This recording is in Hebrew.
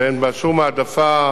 ואין בה שום העדפה,